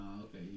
okay